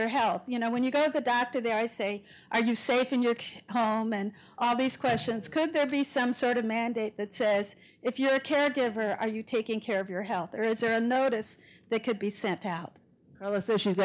their health you know when you go to the doctor there i say are you safe in your home and all these questions could there be some sort of mandate that says if you're a caregiver are you taking care of your health or is there a notice that could be sent out